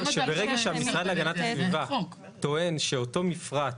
שברגע שהמשרד להגנת הסביבה טוען שאותו מפרט,